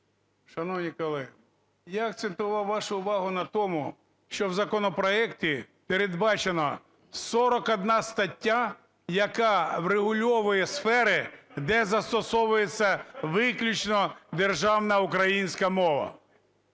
Шановні колеги, я акцентував вашу увагу на тому, що в законопроекті передбачено 41 стаття, яка врегульовує сфери, де застосовується виключно державна українська мова.